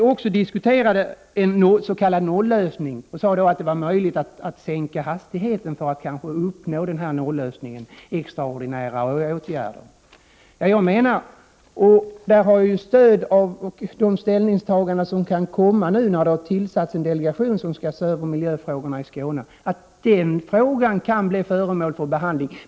1988/89:35 skulle vara möjligt att sänka hastigheten för att uppnå denna nollösning, dvs. 30 november 1988 extraordinära åtgärder. Tag menar, och där har jag stöd av de ställningstagan Öresund sond den som kan komma nu när det har tillsatts en delegation som skall se över bilndelserna miljöfrågorna i Skåne, att den frågan kan bli föremål för behandling.